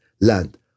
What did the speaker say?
land